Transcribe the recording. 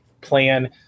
plan